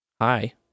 Hi